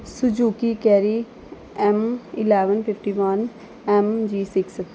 Suzuki carry M eleven fifty one MG six